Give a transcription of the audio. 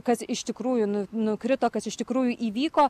kas iš tikrųjų nu nukrito kas iš tikrųjų įvyko